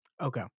Okay